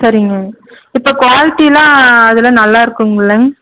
சரிங்க இப்போ குவாலிட்டிலாம் அதில் நல்லாருக்குங்கில்ல